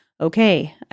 okay